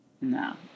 No